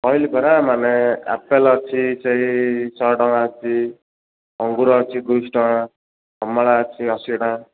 କହିଲି ପରା ମାନେ ଆପେଲ୍ ଅଛି ସେଇ ଶହେ ଟଙ୍କା ଅଛି ଅଙ୍ଗୁରୁ ଅଛି ଦୁଇଶହ ଟଙ୍କା କମଳା ଅଛି ଅଶୀ ଟଙ୍କା